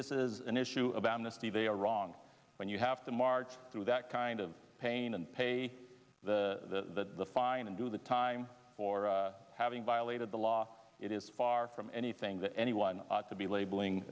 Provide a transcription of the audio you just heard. this is an issue of amnesty they are wrong when you have to march through that kind of pain and pay the fine and do the time for having violated the law it is far from anything that anyone should be labeling